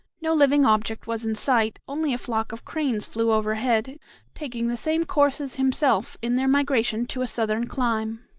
no living object was in sight, only a flock of cranes flew overhead taking the same course as himself in their migration to a southern clime.